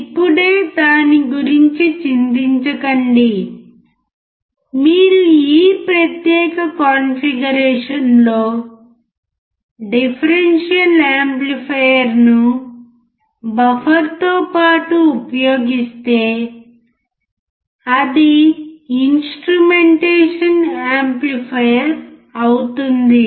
ఇప్పుడే దాని గురించి చింతించకండి మీరు ఈ ప్రత్యేక కాన్ఫిగరేషన్లో డిఫరెన్షియల్ యాంప్లిఫైయర్ను బఫర్తో పాటు ఉపయోగిస్తే అది ఇన్స్ట్రుమెంటేషన్ యాంప్లిఫైయర్ అవుతుంది